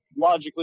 logically